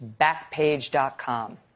Backpage.com